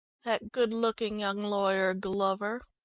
that good-looking young lawyer, glover.